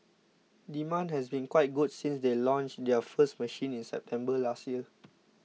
demand has been quite good since they launched their first machine in September last year